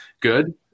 Good